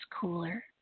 cooler